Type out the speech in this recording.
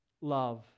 love